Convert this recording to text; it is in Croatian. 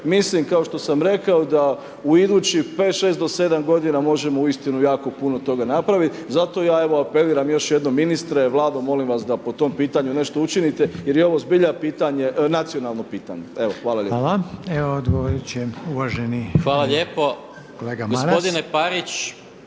Mislim kao što sam rekao da u idućih 5, 6 do 7 godina možemo uistinu jako puno toga napraviti. Zato ja evo apeliram još jednom ministre, Vlado molim vas da po tom pitanju nešto učinite jer je ovo zbilja pitanje, nacionalno pitanje. Hvala lijepa. **Reiner, Željko (HDZ)** Hvala. Evo odgovorit će